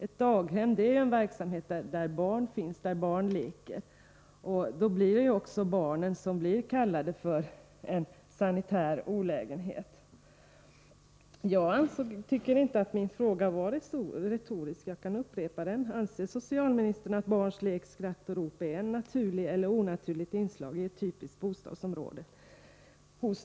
Ett daghem är ju en verksamhet där barn finns och där barn leker, och då blir det barnen som blir kallade för en sanitär olägenhet. Jag anser inte att min fråga var retorisk. Jag kan upprepa den: Anser socialministern att barns lek, skratt och rop är ett naturligt eller onaturligt inslag i ett typiskt bostadsområde?